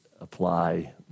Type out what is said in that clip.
apply